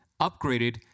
upgraded